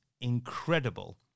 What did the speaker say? incredible